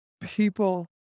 people